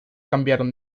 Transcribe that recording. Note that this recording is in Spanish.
cambiaron